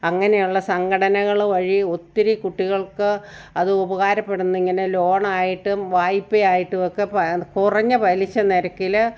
അങ്ങനെയുള്ള സംഘടനകൾ വഴി ഒത്തിരി കുട്ടികൾക്ക് അത് ഉപകാരപ്പെടുന്നു ഇങ്ങനെ ലോണായിട്ടും വായ്പയായിട്ടും ഒക്കെ പ കുറഞ്ഞ പലിശ നിരക്കിൽ